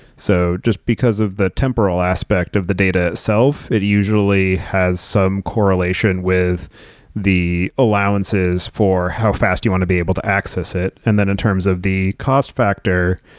so, just because of the temporal aspect of the data itself, it usually has some correlation with the allowances for how fast you want to be able to access it. and then in terms of the cost factor,